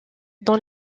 dans